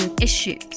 issues